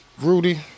rudy